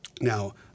Now